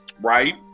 right